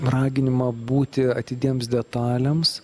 raginimą būti atidiems detalėms